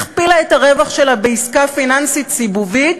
והכפילה את הרווח שלה בעסקה פיננסית סיבובית,